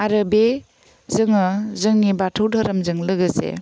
आरो बे जोङो जोंनि बाथौ धोरोमजों लोगोसे